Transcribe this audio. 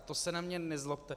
To se na mě nezlobte.